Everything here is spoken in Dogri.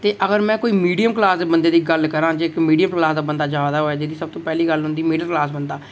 ते अगर में कोई मीडियम क्लास दे बंदे दी गल्ल करां ते अगर कोई मीडियम क्लास दा बंदा जा दा होऐ ते मीडियम क्लास दे बंदे दी गल्ल करां